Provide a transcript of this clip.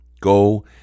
Go